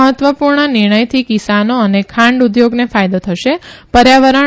મહત્વપૂર્ણ નિર્ણયથી કિસાનો અને ખાંડ ઉદ્યોગને ફાયદો થશેપર્યાવરણ